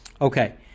okay